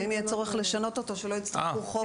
אם יהיה צורך לשנות אותו כדי שלא יצטרכו חוק,